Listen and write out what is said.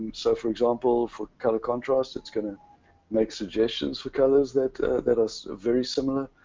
so for example, for color contrast it's going to make suggestions for colors that that are very similar.